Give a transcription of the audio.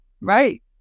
right